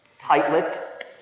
tight-lipped